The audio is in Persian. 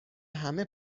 همه